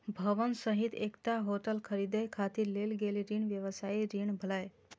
भवन सहित एकटा होटल खरीदै खातिर लेल गेल ऋण व्यवसायी ऋण भेलै